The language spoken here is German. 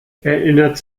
erinnert